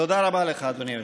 תודה רבה לך, אדוני היושב-ראש.